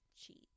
cheese